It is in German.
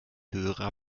höherer